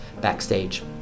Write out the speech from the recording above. backstage